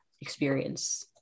experience